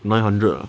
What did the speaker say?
nine hundred